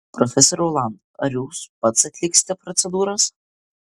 profesoriau land ar jūs pats atliksite procedūras